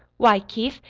why, keith,